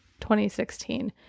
2016